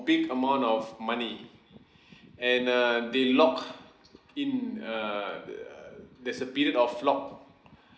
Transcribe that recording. big amount of money and err they lock in err the there's a period of lock